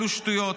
אלו שטויות,